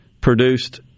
produced